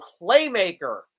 playmaker